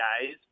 guys